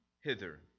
hither